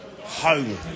home